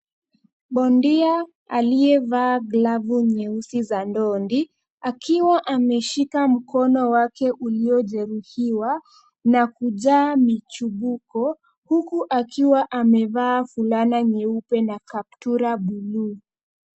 Bondia aliyevaa glavu nyeusi za dondi akiwa ameshika mkono wake uliojeruhiwa na kujaa michipuko huku akiwa amevaa fulana nyeupe na kaptura bluu.